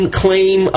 claim